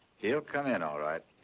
he'll come in all right